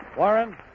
Warren